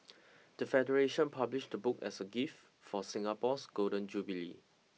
the federation published the book as a gift for Singapore's Golden Jubilee